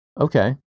Okay